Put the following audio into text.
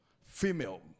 female